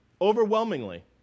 overwhelmingly